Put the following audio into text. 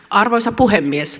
arvoisa puhemies